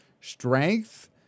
strength